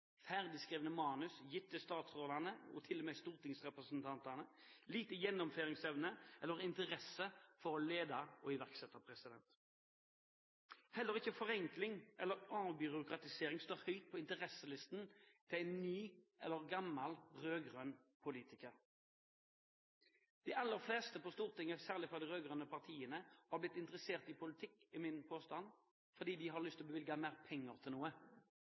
ferdigskrevne manus – gitt til statsrådene, og til og med til stortingsrepresentantene – og liten gjennomføringsevne eller interesse for å lede og iverksette. Heller ikke forenkling eller avbyråkratisering står høyt på interesselisten til en ny eller gammel rød-grønn politiker. De aller fleste på Stortinget, særlig fra de rød-grønne partiene, har blitt interessert i politikk – er min påstand – fordi de har lyst til å bevilge mer penger til noe,